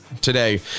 today